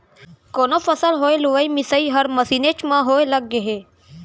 कोनो फसल होय लुवई मिसई हर मसीनेच म होय लग गय हे